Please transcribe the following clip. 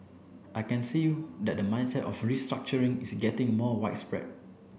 I can see you that the mindset of restructuring is getting more widespread